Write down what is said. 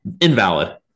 Invalid